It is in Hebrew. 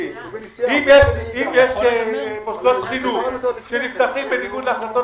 אם יש מוסדות חינוך שנפתחים בניגוד להחלטות